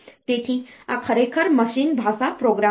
તેથી આ ખરેખર મશીન ભાષા પ્રોગ્રામ છે